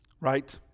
Right